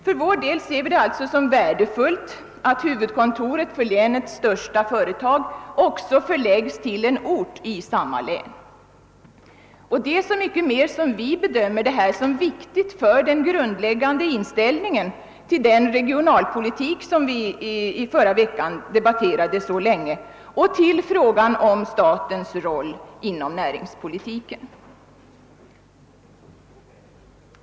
För vår del betraktar vi det som värdefullt om huvudkontoret för länets största företag också förläggs till en ort i samma län — detta så mycket mer som vi bedömer det som viktigt för den grundläggande inställningen till den regionalpolitik som vi förra veckan debatterade så länge och till frågan om statens roll inom näringspolitiken.